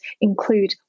include